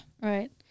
right